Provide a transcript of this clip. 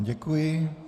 Děkuji.